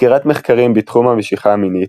בסקירת מחקרים בתחום המשיכה המינית,